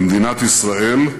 למדינת ישראל,